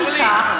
אם כך,